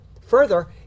Further